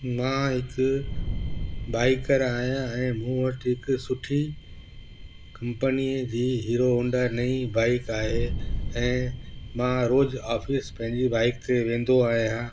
मां हिकु बाइकर आहियां ऐं मूं वटि हिकु सुठी कंपनीअ जी हीरो होंडा नई बाइक आहे ऐं मां रोज़ु ऑफिस पंहिंजी बाइक ते वेंदो आहियां